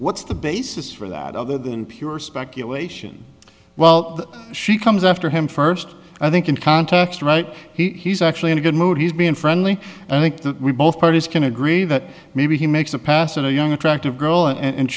what's the basis for that other than pure speculation well she comes after him first i think in context right he's actually in a good mood he's being friendly and i think that we both parties can agree that maybe he makes a pass and a young attractive girl and